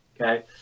okay